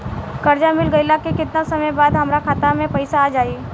कर्जा मिल गईला के केतना समय बाद हमरा खाता मे पैसा आ जायी?